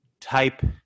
type